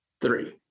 three